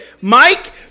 Mike